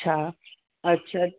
अछा अछा